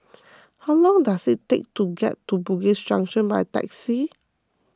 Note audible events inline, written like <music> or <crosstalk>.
<noise> how long does it take to get to Bugis Junction by taxi